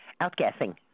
outgassing